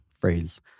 phrase